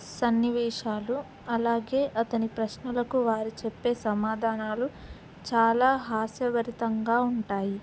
సన్నివేశాలు అలాగే అతని ప్రశ్నలకు వారు చెప్పే సమాధానాలు చాలా హాస్యభరితంగా ఉంటాయి